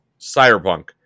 Cyberpunk